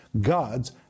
God's